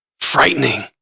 frightening